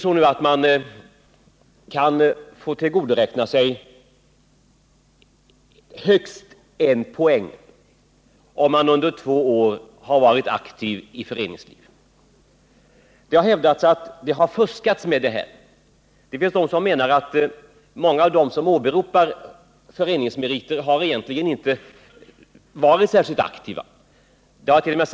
Man kan nu få tillgodoräkna sig högst en poäng, om man under två år har varit aktiv i föreningslivet. Det har hävdats att det har fuskats med dessa meriter. Det finns personer som menar att många av dem som åberopar föreningsmeriter egentligen inte har varit särskilt aktiva. Det hart.o.m.